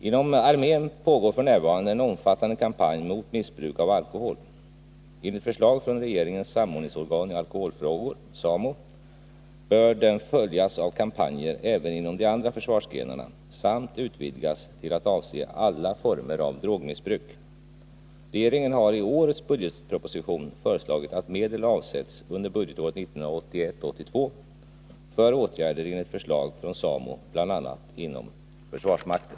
Inom armén pågår f. n. en omfattande kampanj mot missbruk av alkohol. Enligt förslag från regeringens samordningsorgan i alkoholfrågor, SAMO, bör den följas av kampanjer även inom de andra försvarsgrenarna samt utvidgas till att avse alla former av drogmissbruk. Regeringen har i årets budgetproposition föreslagit att medel avsätts under budgetåret 1981/82 för åtgärder enligt förslag från SAMO, bl.a. inom försvarsmakten.